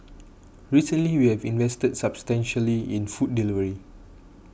recently we have invested substantially in food delivery